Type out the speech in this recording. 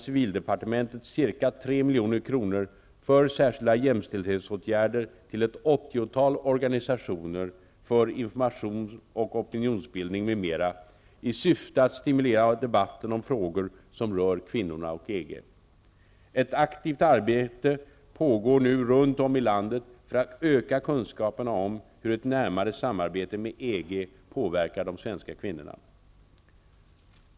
Civildepartementet ca 3 milj.kr. för särskilda jämställdhetsåtgärder till ett åttiotal organisationer för information och opinionsbildning m.m. i syfte att stimulera debatten om frågor som rör kvinnorna och EG. Ett aktivt arbete pågår nu runt om i landet för att öka kunskaperna om hur ett närmare samarbete med EG påverkar de svenska kvinnorna.